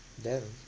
damn